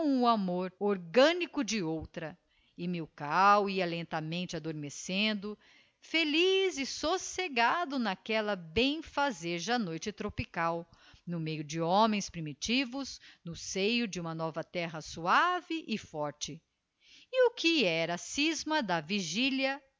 amor orgânico de outra e milkau ia lentamente adormecendo feliz e socegado n'aquella bemfazeja noite tropical no meio de homens primitivos no seio de uma nova terra suave e forte e o que era scisma da vigilia